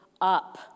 up